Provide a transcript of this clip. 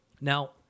now